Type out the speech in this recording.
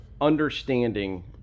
understanding